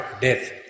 Death